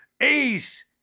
Ace